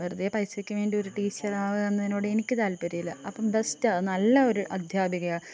വെറുതെ പൈസക്കു വേണ്ടി ഒരു ടീച്ചറാകുക എന്നതിനോട് എനിക്ക് താല്പര്യം ഇല്ല അപ്പം ബെസ്റ്റാണ് നല്ല ഒരു അദ്ധ്യാപികയാണ്